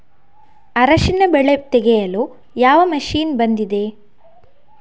ಅರಿಶಿನ ಬೆಳೆ ತೆಗೆಯಲು ಯಾವ ಮಷೀನ್ ಬಂದಿದೆ?